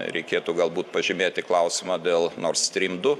reikėtų galbūt pažymėti klausimą dėl nord stream du